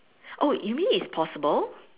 oh you mean it's possible